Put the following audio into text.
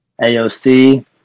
AOC